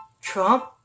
Trump